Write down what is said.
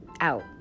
out